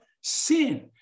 sin